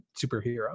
superhero